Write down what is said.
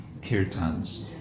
kirtans